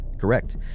Correct